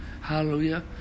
hallelujah